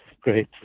great